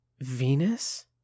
venus